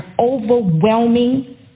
overwhelming